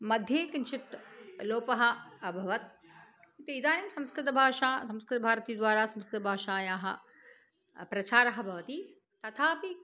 मध्ये किञ्चित् लोपः अभवत् तु इदानीं संस्कृतभाषा संस्कृतभारतीद्वारा संस्कृतभाषायाः प्रचारः भवति तथापि